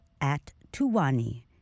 At-Tuwani